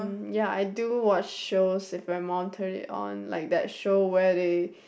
mm ya I do watch shows if my mum turn it on like that show where they